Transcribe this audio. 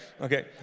okay